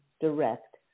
direct